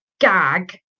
gag